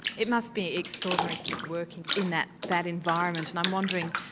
it must be extraordinary sort of working in that that environment and i'm wondering,